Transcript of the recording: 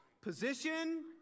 position